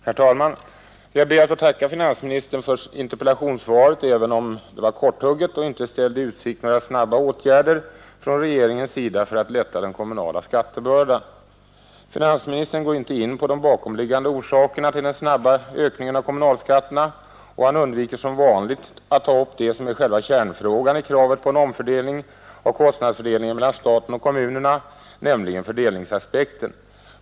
Herr talman! Jag ber att få tacka finansministern för interpellationssvaret, även om det var korthugget och inte ställde i utsikt några snabba åtgärder från regeringens sida för att lätta den kommunala skattebördan. Finansministern går inte in på de bakomliggande orsakerna till den snabba ökningen av kommunalskatterna, och han undviker som vanligt att ta upp det som är själva kärnfrågan i kravet på en omfördelning av kostnadsfördelningen mellan staten och kommunerna, nämligen fördelningsaspekten.